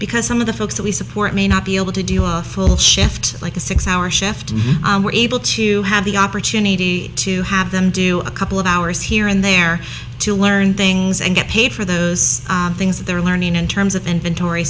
because some of the folks that we support may not be able to do a full shift like a six hour shift and we're able to have the opportunity to have them do a couple of hours here and there to learn things and get paid for the things they're learning in terms of inventory